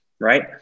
right